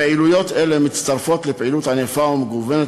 פעילויות אלה מצטרפות לפעילות ענפה ומגוונת